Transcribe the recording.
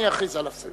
אני אכריז על הפסקה.